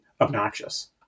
obnoxious